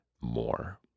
more